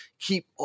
keep